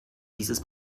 dieses